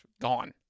gone